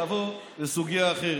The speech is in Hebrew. לעבור לסוגיה אחרת.